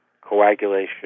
coagulation